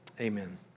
Amen